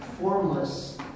formless